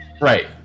Right